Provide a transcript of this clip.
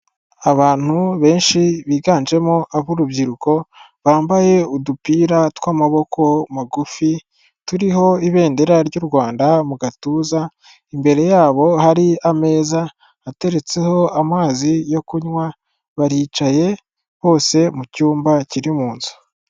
Abantu benshi biganjemo ab'urubyiruko bambaye udupira tw'amaboko magufi turiho ibendera ry'u Rwanda mu gatuza, imbere yabo hari ameza ateretseho amazi yo kunywa baricaye hose mu cyumba kiri mu nzu.